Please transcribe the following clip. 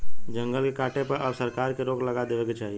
जंगल के काटे पर अब सरकार के रोक लगा देवे के चाही